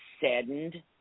saddened